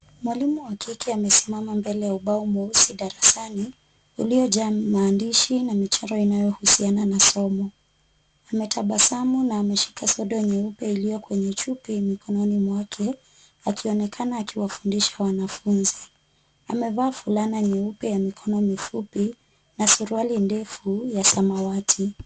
Mwalimu wa kike amesimama mbele ya ubao mweusi darasani, uliojaa maandishi na michoro inayohusiana na somo. Ametabasamu na ameshika sodo nyeupe iliyo kwenye chupi mkononi mwake akionekana akiwafundisha wanafunzi. Amevaa fulana nyeupe ya mikono mifupi na suruali ndefu ya samawati.